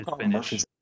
finish